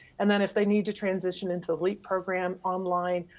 and then if they need to transition into the leap program online,